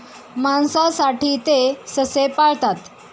मांसासाठी ते ससे पाळतात